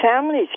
families